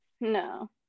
No